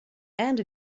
and